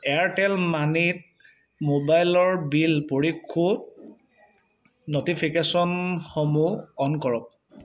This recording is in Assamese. এয়াৰটেল মানিত মোবাইলৰ বিল পৰিশোধ ন'টিফিকেশ্যনসমূহ অ'ন কৰক